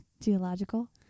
Geological